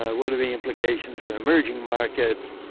ah what are the implications for emerging markets?